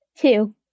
Two